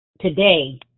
today